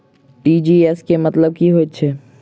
TGS केँ मतलब की हएत छै?